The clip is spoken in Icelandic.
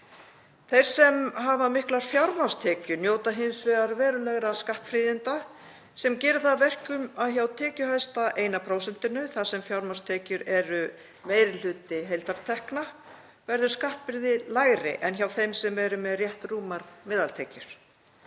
Þeir sem hafa miklar fjármagnstekjur njóta hins vegar verulegra skattfríðinda sem gerir það að verkum að hjá tekjuhæsta eina prósentinu, þar sem fjármagnstekjur eru meiri hluti heildartekna, verður skattbyrði lægri en hjá þeim sem eru með rétt rúmar meðaltekjur.